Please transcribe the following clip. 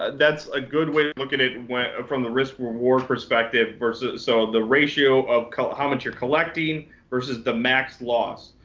ah that's a good way to look at it and from the risk reward perspective versus so the ratio of how much you're collecting versus the max loss.